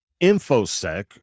infosec